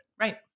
Right